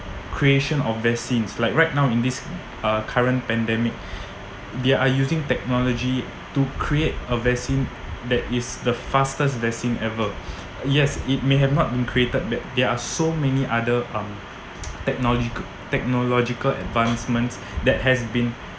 creation of vaccines like right now in this current uh pandemic they are using technology to create a vaccine that is the fastest vaccine ever yes it may have not been created but there are so many other um technologica~ technological advancements that has been